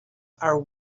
are